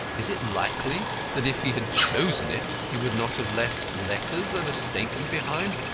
is it likely that if he had chosen it, he would not have left letters and a statement behind,